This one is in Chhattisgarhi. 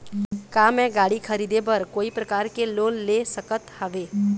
का मैं गाड़ी खरीदे बर कोई प्रकार के लोन ले सकत हावे?